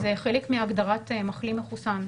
זה חלק מהגדרת מחלים מחוסן,